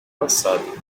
passado